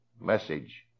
message